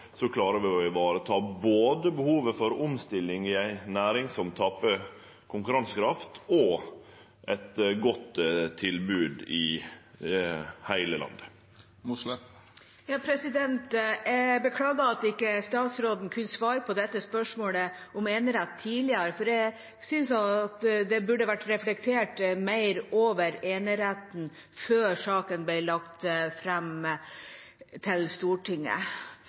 å vareta både behovet for omstilling i ei næring som taper konkurransekraft, og eit godt tilbod i heile landet. Jeg beklager at statsråden ikke kunne svare på dette spørsmålet om enerett tidligere, for jeg synes det burde vært reflektert mer over eneretten før saken ble lagt fram for Stortinget.